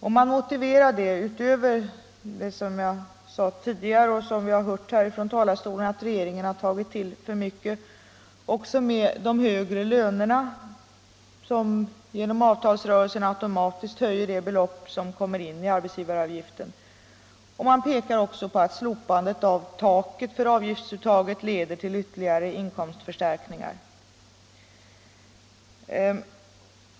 De motiverar sin åsikt att regeringen har tagit ut för mycket med -— utöver vad jag har nämnt tidigare och vad vi har hört från talarstolen — att de högre lönerna efter avtalsrörelsen automatiskt höjer de belopp som kommer in i arbetsgivaravgifter. De pekar också på att slopandet av taket för avgiftsuttaget leder till ytterligare inkomstförstärkningar.